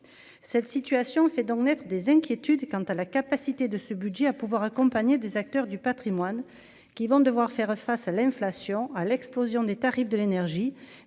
cette situation fait donc naître des inquiétudes quant à la capacité de ce budget à pouvoir accompagner des acteurs du Patrimoine qui vont devoir faire face à l'inflation à l'explosion des tarifs de l'énergie